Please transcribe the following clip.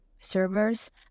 servers